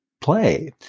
play